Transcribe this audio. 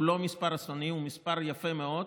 הוא לא מספר אסוני, הוא מספר יפה מאוד,